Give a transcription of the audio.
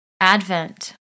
Advent